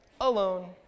alone